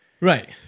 Right